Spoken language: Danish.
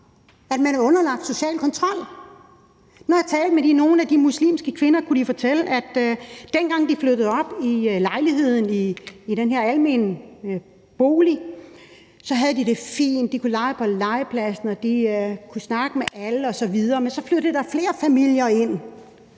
at man er underlagt social kontrol. Når jeg talte med nogle af de muslimske kvinder, kunne de fortælle, at de, dengang de flyttede op i lejligheden, i den her almene bolig, så havde det fint, man kunne lege på legepladsen, og de kunne snakke med alle osv. Men så flyttede der flere familier ind,